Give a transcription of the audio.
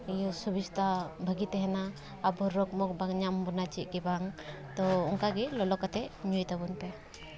ᱥᱩᱵᱤᱥᱛᱟ ᱵᱷᱟᱹᱜᱤ ᱛᱟᱦᱮᱱᱟ ᱟᱵᱚ ᱨᱳᱜᱽ ᱢᱳᱜᱽ ᱵᱟᱝ ᱧᱟᱢ ᱵᱚᱱᱟ ᱪᱮᱫ ᱜᱮ ᱵᱟᱝ ᱛᱳ ᱚᱱᱠᱟ ᱜᱮ ᱞᱚᱞᱚ ᱠᱟᱛᱮᱜ ᱧᱩᱭ ᱛᱟᱵᱚᱱ ᱯᱮ